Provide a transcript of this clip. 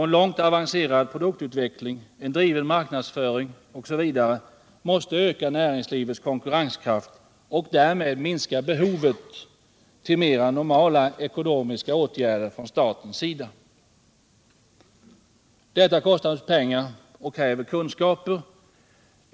En långt avancerad produktutveckling, en driven marknadsföring osv. måste öka näringslivets konkurrenskraft och därmed minska behovet till mera normala ekonomiska åtgärder från statens sida. Detta kostar naturligtvis pengar och kräver kunskaper.